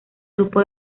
grupo